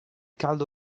caldo